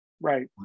Right